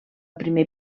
primer